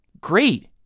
Great